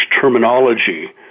terminology